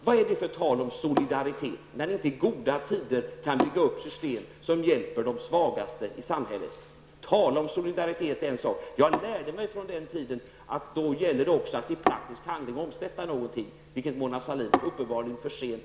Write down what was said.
Vad är det för tal om solidaritet när ni socialdemokrater inte i goda tider kan bygga upp system som hjälper de svagaste i samhället? Att tala om solidaritet är en sak. Jag lärde mig från min tid i SSU att det gäller att också omsätta det i praktisk handling. Det är något som Mona Sahlin gör för sent.